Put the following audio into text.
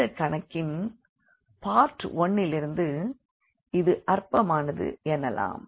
இந்த கணக்கின் பார்ட் 1 லிருந்து இது அற்பமானது எனலாம்